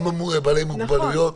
גם על בעלי מוגבלויות.